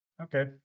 Okay